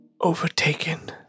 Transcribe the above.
overtaken